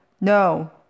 No